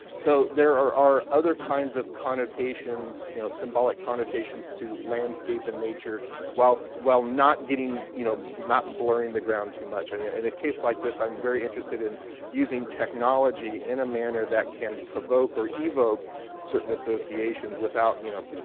so there are other kinds of connotations, you know, symbolic connotations to landscape and nature while while not getting, you know, not blurring the ground too much. and yeah in a case like this, i'm very interested in using technology in a manner that can provoke or evoke certain associations without, you know,